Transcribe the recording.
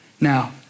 Now